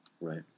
Right